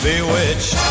bewitched